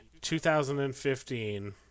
2015